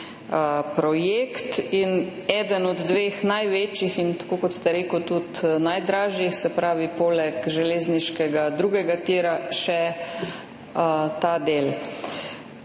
projekt in eden od dveh največjih in tako, kot ste rekli, tudi najdražjih, se pravi poleg železniškega drugega tira še ta del.